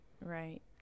Right